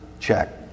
Check